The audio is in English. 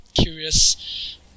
curious